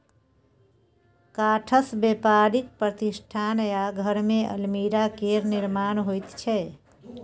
काठसँ बेपारिक प्रतिष्ठान आ घरमे अलमीरा केर निर्माण होइत छै